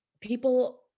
people